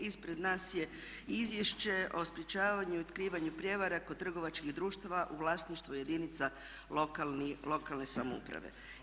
Ispred nas je Izvješće o sprječavanju i otkrivanju prijevara kod trgovačkih društava u vlasništvu jedinica lokalne samouprave.